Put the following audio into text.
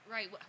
right